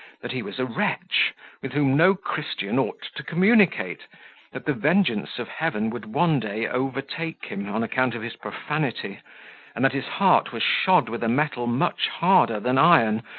that he was a wretch with whom no christian ought to communicate that the vengeance of heaven would one day overtake him, on account of his profanity and that his heart was shod with a metal much harder than iron,